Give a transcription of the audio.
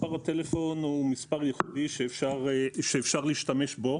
מספר הטלפון הוא מספר ייחודי שאפשר להשתמש בו,